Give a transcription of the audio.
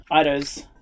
Ido's